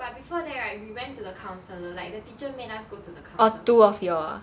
but before that right we went to the counsellor like the teacher made us go to the counsellor